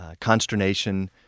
consternation